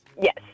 Yes